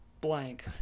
blank